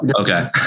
Okay